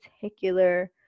particular